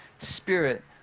Spirit